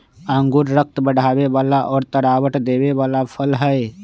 अंगूर रक्त बढ़ावे वाला और तरावट देवे वाला फल हई